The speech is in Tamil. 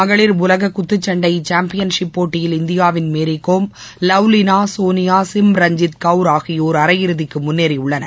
மகளிர் உலக குத்துச் சண்டை சாம்பியன் ஷிப் போட்டியில் இந்தியாவின் மேரிகோம் லவ்லினா சோனியா சிம் ரஞ்சித் கவுர் ஆகியோர் அரையிறுதிக்கு முன்னேறியுள்ளனர்